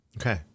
okay